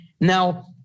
Now